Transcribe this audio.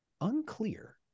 Unclear